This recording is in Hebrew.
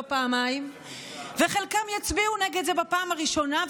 פעמיים וחלקם יצביעו נגד זה בפעם הראשונה,